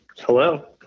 hello